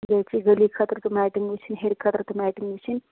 بیٚیہِ چھِ گَلی خٲطرٕ تہِ میٚٹِنٛگ وُِچھِنۍ ہیٚرِ خٲطرٕ تہِ میٚٹِنٛگ وُِچھِنۍ